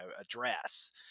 address